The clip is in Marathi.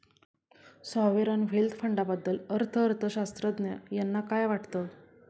सॉव्हरेन वेल्थ फंडाबद्दल अर्थअर्थशास्त्रज्ञ यांना काय वाटतं?